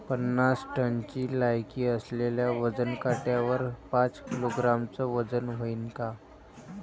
पन्नास टनची लायकी असलेल्या वजन काट्यावर पाच किलोग्रॅमचं वजन व्हईन का?